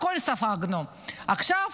הכול ספגנו, עכשיו,